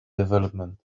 development